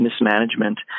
mismanagement